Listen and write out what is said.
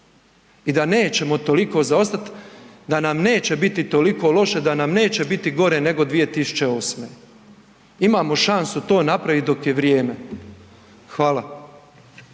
i da nećemo toliko zaostat, da nam neće biti toliko loše, da nam neće biti gore nego 2008. Imamo šansu napraviti dok je vrijeme. Hvala.